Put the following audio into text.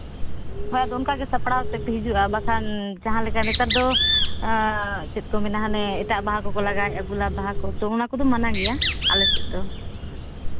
ᱦᱳᱭ ᱛᱚ ᱚᱱᱠᱟᱜᱮ ᱥᱟᱯᱲᱟᱣ ᱟᱛᱮᱫ ᱯᱮ ᱦᱤᱡᱩᱜᱼᱟ ᱵᱟᱠᱷᱟᱱ ᱡᱟᱦᱟᱸ ᱞᱮᱠᱟ ᱱᱤᱛᱚᱜ ᱫᱚ ᱪᱮᱫ ᱠᱚ ᱢᱮᱱᱟ ᱦᱟᱱᱮ ᱮᱴᱟᱜ ᱵᱟᱦᱟ ᱠᱚᱠᱚ ᱞᱟᱜᱟᱣᱮᱫᱼᱟ ᱜᱳᱞᱟᱯ ᱵᱟᱦᱟ ᱠᱚ ᱚᱱᱟ ᱠᱚᱫᱚ ᱢᱟᱱᱟ ᱜᱮᱭᱟ ᱟᱞᱮ ᱥᱮᱫ ᱫᱚ